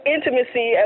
Intimacy